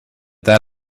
that